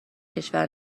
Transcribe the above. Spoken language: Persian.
کشور